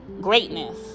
greatness